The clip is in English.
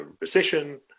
recession